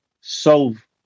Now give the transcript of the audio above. solve